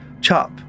chop